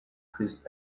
his